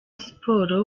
siporo